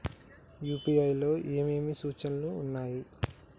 UPI లో ఏమేమి సూచనలు ఉన్నాయి?